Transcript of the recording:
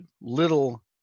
little